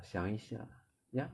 想一下 ya